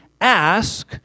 ask